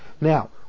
Now